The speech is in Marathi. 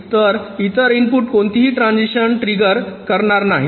तर इतर इनपुट कोणतीही ट्रांझिशन्स ट्रिगर करणार नाहीत